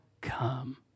come